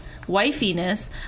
wifiness